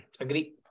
agree